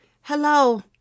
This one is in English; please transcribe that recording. Hello